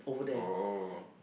oh